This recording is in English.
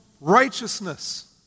Righteousness